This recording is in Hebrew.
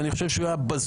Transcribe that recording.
שאני חושב שהוא היה בזוי,